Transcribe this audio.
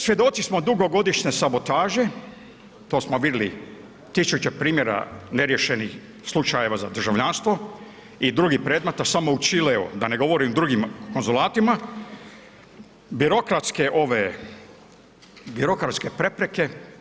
Svjedoci smo dugogodišnje sabotaže, to smo vidjeli tisuće primjera neriješenih slučajeva za državljanstvo i drugih predmeta samo u Čileu, da ne govorim o drugim konzulatima, birokratske prepreke.